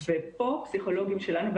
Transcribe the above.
ופה פסיכולוגים שלנו,